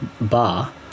bar